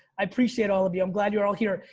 i appreciate all of you. i'm glad you're all here.